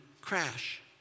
crash